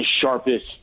sharpest